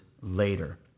later